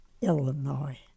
Illinois